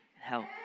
help